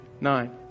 nine